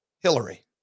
Hillary